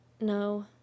No